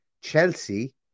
Chelsea